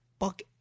fuck